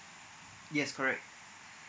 yes correct